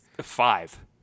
five